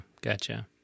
gotcha